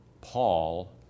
Paul